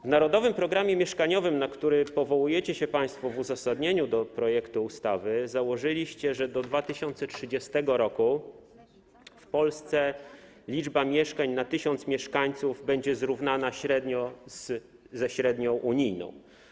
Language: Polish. W „Narodowym programie mieszkaniowym”, na który powołujecie się państwo w uzasadnieniu projektu ustawy, założyliście, że do 2030 r. w Polsce liczba mieszkań na 1 tys. mieszkańców będzie zrównana średnio ze średnią unijną.